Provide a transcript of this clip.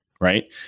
right